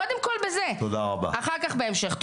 קודם כל בזה, אחר כך בהמשך.